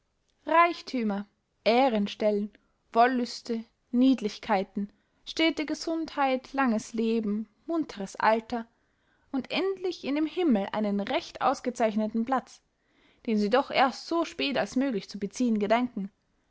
reichthümer ehrenstellen wollüste niedlichkeiten stete gesundheit langes leben munteres alter und endlich in dem himmel einen recht ausgezeichneten platz den sie doch erst so spät als möglich zu beziehen gedenken